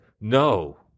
No